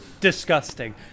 disgusting